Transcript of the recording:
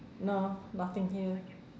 no nothing here